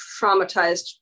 traumatized